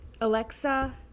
Alexa